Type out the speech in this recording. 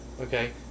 Okay